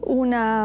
una